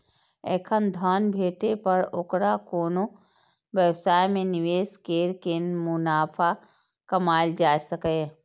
एखन धन भेटै पर ओकरा कोनो व्यवसाय मे निवेश कैर के मुनाफा कमाएल जा सकैए